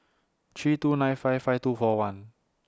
three two nine five five two four one